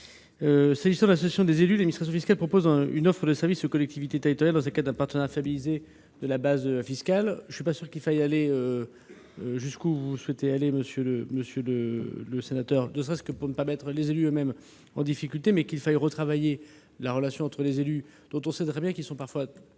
S'agissant de l'association des élus, l'administration fiscale propose une offre de services aux collectivités territoriales dans le cadre d'un partenariat en vue de stabiliser la base fiscale. Je ne suis pas sûr qu'il faille aller jusqu'à ce que vous souhaitez, monsieur le sénateur, ne serait-ce que pour ne pas mettre les élus eux-mêmes en difficulté. Il faut retravailler la relation entre les élus, dont on sait bien qu'une très